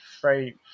free